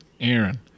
Aaron